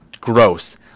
gross